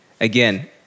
Again